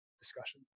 discussion